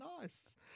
Nice